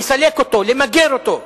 לסלק אותו, למגר אותו.